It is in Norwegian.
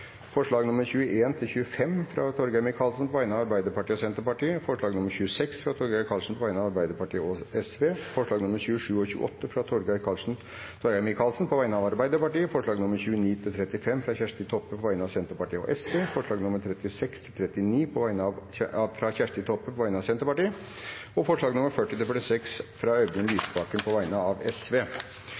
forslag nr. 26, fra Torgeir Micaelsen på vegne av Arbeiderpartiet og Sosialistisk Venstreparti forslagene nr. 27 og 28, fra Torgeir Micaelsen på vegne av Arbeiderpartiet forslagene nr. 29–35, fra Kjersti Toppe på vegne av Senterpartiet og Sosialistisk Venstreparti forslagene nr. 36–39, fra Kjersti Toppe på vegne av Senterpartiet forslagene nr. 40–46, fra Audun Lysbakken på vegne av